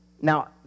Now